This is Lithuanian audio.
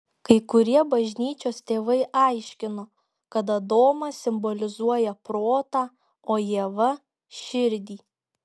kai kurie bažnyčios tėvai aiškino kad adomas simbolizuoja protą o ieva širdį